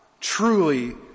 truly